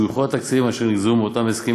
שויכו התקציבים אשר נגזרו מאותם הסכמים